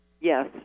yes